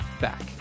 back